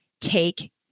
Take